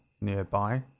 nearby